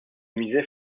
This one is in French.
musée